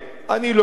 אני לא יודע,